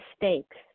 mistakes